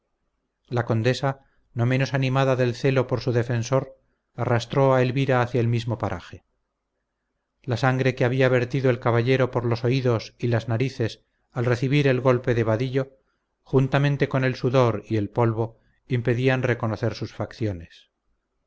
la condesa no menos animada del celo por su defensor arrastró a elvira hacia el mismo paraje la sangre que había vertido el caballero por los oídos y las narices al recibir el golpe de vadillo juntamente con el sudor y el polvo impedían reconocer sus facciones